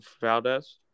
Valdez